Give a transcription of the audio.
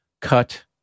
cut